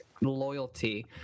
loyalty